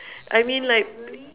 I mean like